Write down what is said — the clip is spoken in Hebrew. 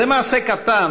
זה מעשה קטן